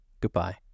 goodbye